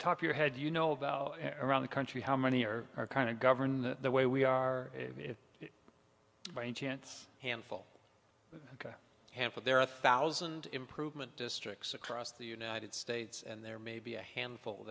top your head you know about around the country how many are are kind of govern the way we are if by any chance handful hampel there are a thousand improvement districts across the united states and there may be a handful